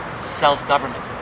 self-government